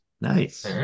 Nice